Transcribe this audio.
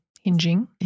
Hinging